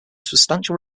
substantial